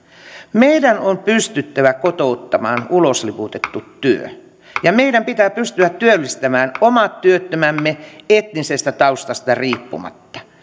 meidän on pystyttävä kotouttamaan ulosliputettu työ ja meidän pitää pystyä työllistämään omat työttömämme etnisestä taustasta riippumatta